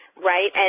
right, and